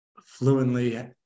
fluently